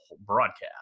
broadcast